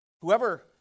Whoever